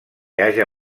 haja